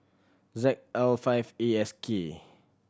Z L five A S K